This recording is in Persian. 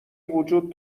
وجود